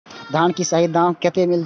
धान की सही दाम कते मिलते?